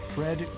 Fred